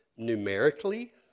numerically